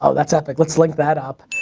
ah that's epic, let's link that up.